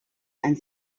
and